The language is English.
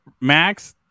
Max